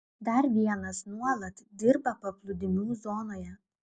dar vienas nuolat dirba paplūdimių zonoje